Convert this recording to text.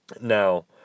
Now